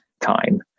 time